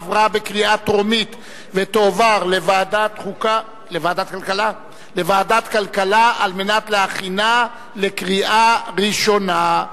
עברה בקריאה טרומית ותועבר לוועדת הכלכלה כדי להכינה לקריאה ראשונה.